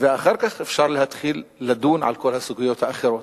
ואחר כך אפשר להתחיל לדון על כל הסוגיות האחרות.